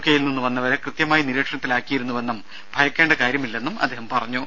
കെയിൽ നിന്നു വന്നവരെ കൃത്യമായി നിരീക്ഷണത്തിലാക്കിയിരുന്നുവെന്നും ഭയക്കേണ്ട കാര്യമില്ലെന്നും അദ്ദേഹം പറഞ്ഞു